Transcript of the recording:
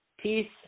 Peace